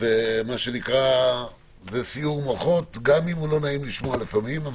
זה סיעור מוחות, גם אם לא נעים לשמוע אותו לפעמים.